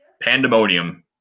Pandemonium